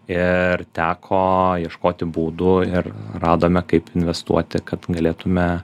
ir teko ieškoti būdų ir radome kaip investuoti kad galėtume